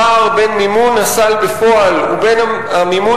הפער בין מימון הסל בפועל לבין המימון